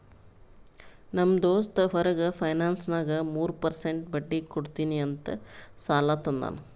ನಮ್ ದೋಸ್ತ್ ಹೊರಗ ಫೈನಾನ್ಸ್ನಾಗ್ ಮೂರ್ ಪರ್ಸೆಂಟ್ ಬಡ್ಡಿ ಕೊಡ್ತೀನಿ ಅಂತ್ ಸಾಲಾ ತಂದಾನ್